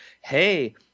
hey